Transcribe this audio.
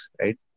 right